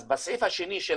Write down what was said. אז בסעיף השני של